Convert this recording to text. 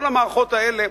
כל המערכות האלה,